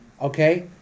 Okay